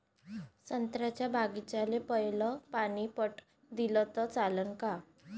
संत्र्याच्या बागीचाले पयलं पानी पट दिलं त चालन का?